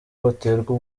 baterwa